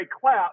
clap